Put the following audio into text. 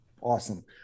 awesome